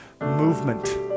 movement